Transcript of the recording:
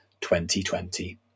2020